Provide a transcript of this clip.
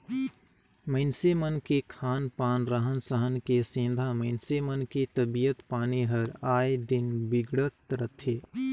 मइनसे मन के खान पान, रहन सहन के सेंधा मइनसे मन के तबियत पानी हर आय दिन बिगड़त रथे